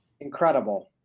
Incredible